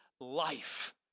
life